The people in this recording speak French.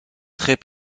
très